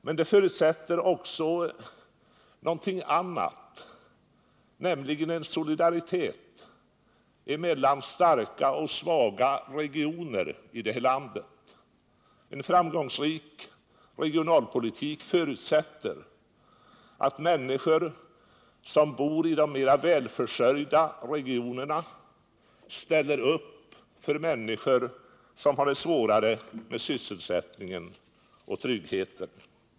Men det förutsätter också någonting annat, nämligen solidaritet mellan starka och svaga regioner i detta land. En framgångsrik regionalpolitik förutsätter att människor som bor i de mera välförsörjda regionerna ställer upp för människor som har det svårare med sysselsättningen och tryggheten.